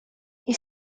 you